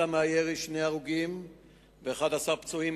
כתוצאה מהירי, שני הרוגים ו-11 פצועים,